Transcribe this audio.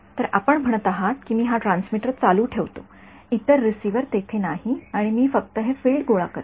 तर आपण म्हणत आहात की मी हा ट्रान्समीटर चालू ठेवतो इतर रिसीव्हर तेथे नाही आणि मी फक्त हे फील्ड गोळा करतो